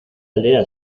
aldea